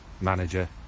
manager